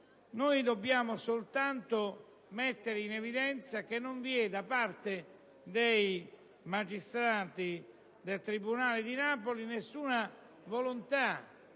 noi dobbiamo soltanto mettere in evidenza che non vi è, da parte dei magistrati del tribunale di Napoli, alcuna volontà